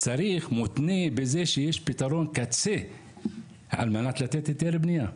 זה מותנה בכך שיש פתרון קצה כדי לתת היתר בנייה.